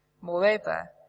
Moreover